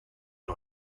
une